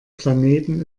planeten